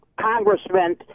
congressman